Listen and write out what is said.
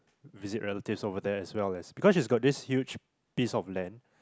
visit relatives over there as well as because she's got this huge piece of land